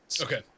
okay